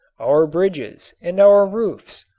our bridges and our roofs.